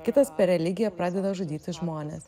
kitas per religiją pradeda žudyti žmones